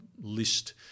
list